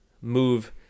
move